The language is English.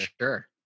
sure